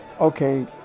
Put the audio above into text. Okay